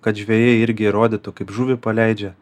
kad žvejai irgi rodytų kaip žuvį paleidžia